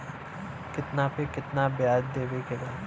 कितना पे कितना व्याज देवे के बा?